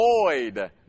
void